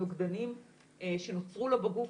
שהנוגדנים שנוצרו לו בגוף,